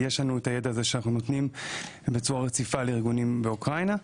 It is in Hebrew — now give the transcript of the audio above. יש לנו את הידע שאנחנו נותנים בצורה רציפה לארגונים באוקראינה.